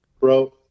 Bro